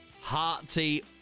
hearty